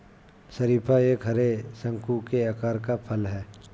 शरीफा एक हरे, शंकु के आकार का फल है